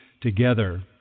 together